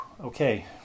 Okay